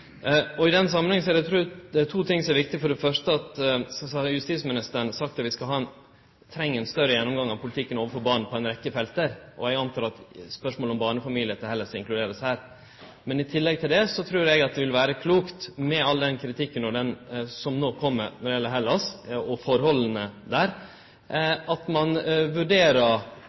FN-hald. I den samanhengen er det to ting som er viktig. For det første har justisministeren sagt at vi treng ein større gjennomgang av politikken overfor barn på ei rekkje felt, og eg antek at spørsmålet om barnefamiliar til Hellas er inkludert her. Men i tillegg til det trur eg at det vil vere klokt, med all den kritikken som no kjem når det gjeld Hellas og tilhøva der, at ein vurderer